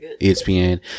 ESPN